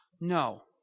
No